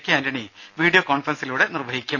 K Antony video കോൺഫറൻസിലൂടെ നിർവഹിക്കും